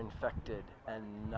infected and